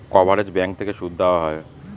coverage bank থেকে সুদ দেওয়া হয়